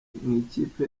mw’ikipe